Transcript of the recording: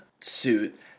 suit